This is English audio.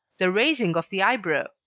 the raising of the eyebrow.